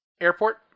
Airport